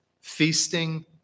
feasting